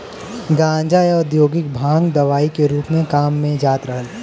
गांजा, या औद्योगिक भांग दवाई के रूप में काम में जात रहल